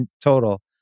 total